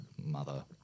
mother